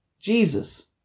Jesus